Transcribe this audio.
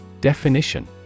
Definition